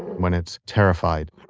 when it's terrified